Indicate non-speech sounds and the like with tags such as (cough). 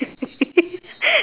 (laughs)